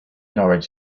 norwich